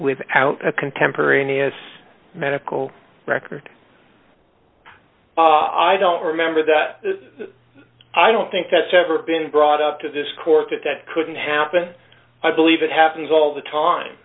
without a contemporaneous medical record i don't remember that i don't think that's ever been brought up to this court that that couldn't happen i believe it happens all the time